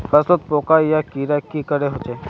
फसलोत पोका या कीड़ा की करे होचे?